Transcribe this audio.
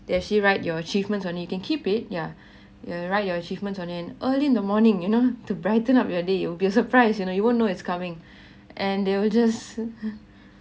there she write your achievements on it you can keep it yeah yeah write you're achievements on it early in the morning you know to brighten up your day you will be a surprise you know you won't know it's coming and they will just